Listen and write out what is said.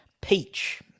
Peach